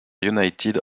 united